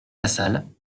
lassalle